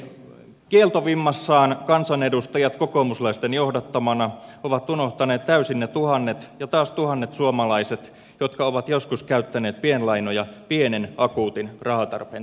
kieltovimmassaan kansanedustajat kokoomuslaisten johdattamana ovat unohtaneet täysin ne tuhannet ja taas tuhannet suomalaiset jotka ovat joskus käyttäneet pienlainoja pienen akuutin rahantarpeen täyttämiseen